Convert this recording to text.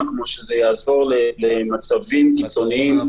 כפי שזה יעזור למצבים קיצוניים עתידיים,